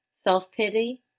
self-pity